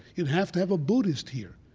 you'd have to have a buddhist here.